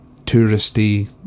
touristy